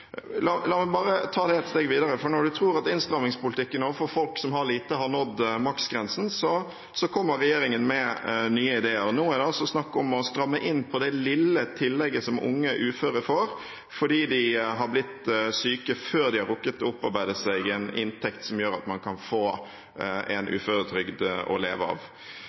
La meg ta det ett steg videre, for når man tror at innstrammingspolitikken overfor folk som har lite, har nådd maksgrensen, kommer regjeringen med nye ideer. Nå er det altså snakk om å stramme inn på det lille tillegget som unge uføre får fordi de har blitt syke før de har rukket å opparbeide seg en inntekt som gjør at man kan få en uføretrygd å leve av.